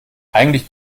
eigentlich